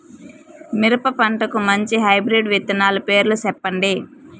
మిరప పంటకు మంచి హైబ్రిడ్ విత్తనాలు పేర్లు సెప్పండి?